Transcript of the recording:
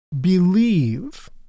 believe